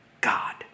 God